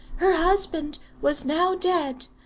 her husband was now dead,